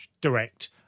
direct